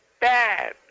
bad